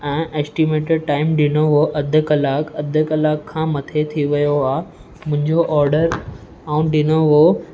ऐं estimated time ॾिनो हुओ अधु कलाकु अधु कलाकु खां मथे थी वयो आहे मुंहिंजो ऑडर आऊं ॾिनो हुओ